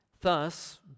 Thus